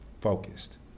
focused